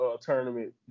tournament